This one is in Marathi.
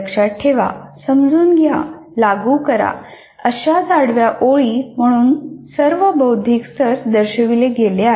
लक्षात ठेवा समजून घ्या लागू करा आणि अशाच आडव्या ओळी म्हणून सर्व बौद्धिक स्तर दर्शविले गेले आहेत